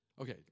Okay